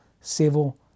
civil